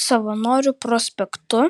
savanorių prospektu